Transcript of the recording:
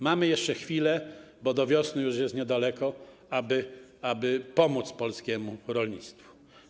Mamy jeszcze chwilę, bo do wiosny już niedaleko, aby pomóc polskiemu rolnictwu.